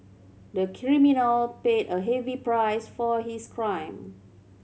the criminal paid a heavy price for his crime